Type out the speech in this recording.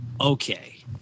Okay